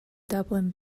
dublin